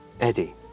Eddie